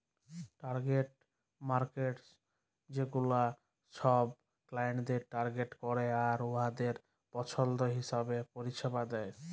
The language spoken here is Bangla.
টার্গেট মার্কেটস ছেগুলা ছব ক্লায়েন্টদের টার্গেট ক্যরে আর উয়াদের পছল্দ হিঁছাবে পরিছেবা দেয়